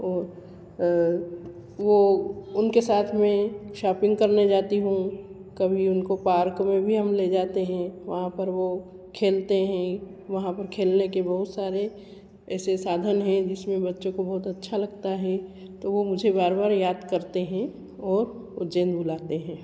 वो वो उनके साथ में शॉपिंग करने जाती हूँ कभी उनको पार्क में भी हम ले जाते हैं वहाँ पर वो खेलते हैं वहाँ पर बहुत सारे खेलने के बहुत सारे ऐसे साधन हैं जिसमें बच्चों को बहुत अच्छा लगता है तो वो मुझे बार बार याद करते है और मुझे बुलाते हैं